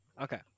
okay